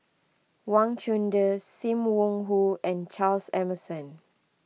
Wang Chunde Sim Wong Hoo and Charles Emmerson